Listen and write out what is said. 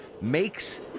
makes